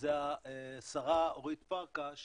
זה השרה אורית פרקש